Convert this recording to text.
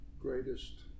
greatest